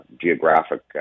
geographic